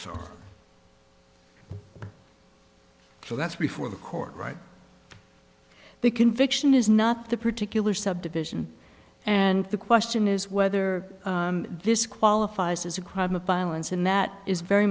s so that's before the court right the conviction is not the particular subdivision and the question is whether this qualifies as a crime of violence and that is very